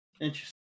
Interesting